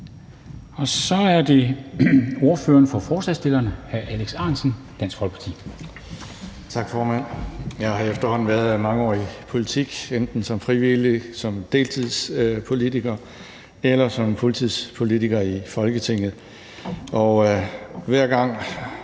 er det ordføreren for forslagsstillerne, hr. Alex Ahrendtsen, Dansk Folkeparti.